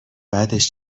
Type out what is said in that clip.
بعدش